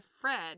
Fred